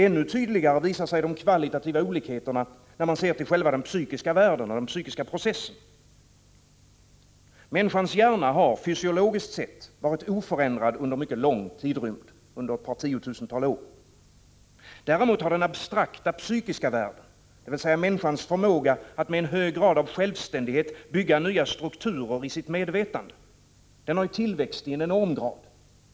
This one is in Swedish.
Ännu tydligare visar sig de kvalitativa olikheterna när man ser till själva den psykiska världen och den psykiska processen. Människans hjärna har fysiologiskt sett varit oförändrad under en mycket lång tidrymd, under ett par tiotusental år. Däremot har den abstrakta psykiska världen, dvs. människans förmåga att med en hög grad av självständighet bygga nya strukturer i sitt medvetande, tillväxt i en enorm grad.